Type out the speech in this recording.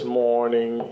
morning